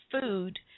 food